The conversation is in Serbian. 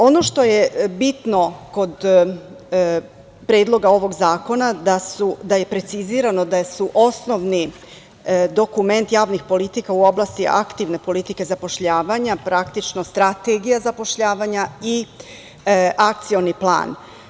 Ono što je bitno kod predloga ovog zakona, da je precizirano da su osnovni dokument javnih politika u oblasti aktivne politike zapošljavanja, praktično, Strategija zapošljavanja i Akcioni plan.